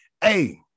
Hey